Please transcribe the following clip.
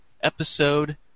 Episode